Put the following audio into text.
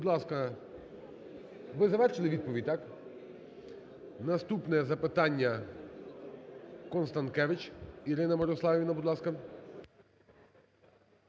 ви завершили відповідь, так. Наступне запитання Констанкевич Ірина Мирославівна, будь ласка.